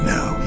Now